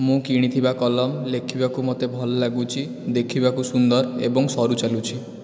ମୁଁ କିଣିଥିବା କଲମ ଲେଖିବାକୁ ମୋତେ ଭଲ ଲାଗୁଛି ଦେଖିବାକୁ ସୁନ୍ଦର ଏବଂ ସରୁ ଚାଲୁଛି